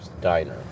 Diner